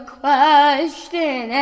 question